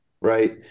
right